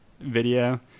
video